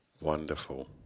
wonderful